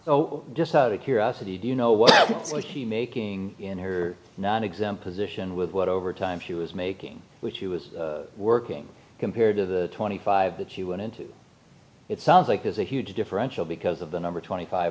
oh just out of curiosity do you know what was he making in here not exam position with what overtime she was making which she was working compared to the twenty five that she went into it sounds like there's a huge differential because of the number twenty five